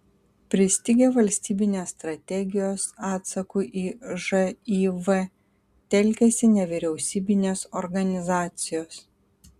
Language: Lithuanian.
pristigę valstybinės strategijos atsakui į živ telkiasi nevyriausybinės organizacijos